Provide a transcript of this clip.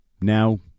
Now